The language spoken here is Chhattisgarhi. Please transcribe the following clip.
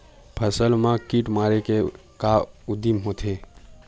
फसल मा कीट मारे के का उदिम होथे?